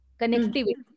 connectivity